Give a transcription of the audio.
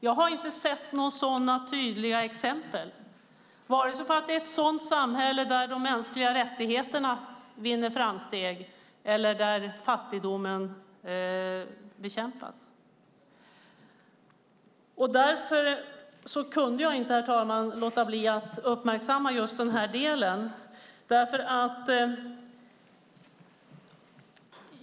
Jag har inte sett några tydliga exempel på att det är i ett sådant samhälle som de mänskliga rättigheterna vinner framsteg eller fattigdomen bekämpas. Därför kunde jag inte, herr talman, låta bli att uppmärksamma just den här delen.